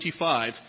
25